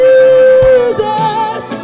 Jesus